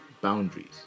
boundaries